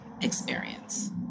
experience